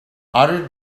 others